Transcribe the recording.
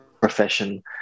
profession